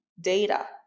data